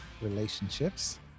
relationships